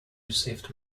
received